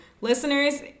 Listeners